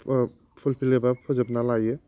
fulfil एबा फोजोबना लायो